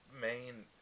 main